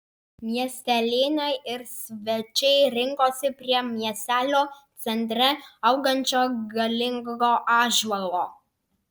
miestelėnai ir svečiai rinkosi prie miestelio centre augančio galingo ąžuolo